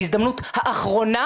זה ההזדמנות האחרונה,